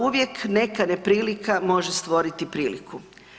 Uvijek neka neprilika može stvoriti priliku.